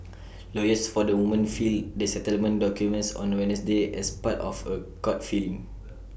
lawyers for the women filed the settlement documents on Wednesday as part of A court filing